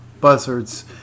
Buzzards